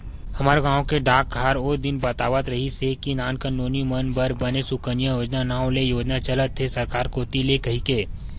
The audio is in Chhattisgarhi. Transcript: हमर गांव के डाकहार ओ दिन बतात रिहिस हे के नानकुन नोनी मन बर बने सुकन्या योजना नांव ले योजना चलत हे सरकार कोती ले कहिके